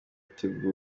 kuzenguruka